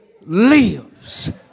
lives